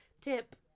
tip